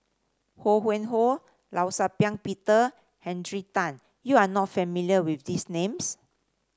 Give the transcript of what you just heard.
Ho Yuen Hoe Law Shau Ping Peter Henry Tan you are not familiar with these names